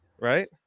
right